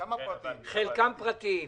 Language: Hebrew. כמה פרטיים?